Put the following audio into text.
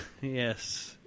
Yes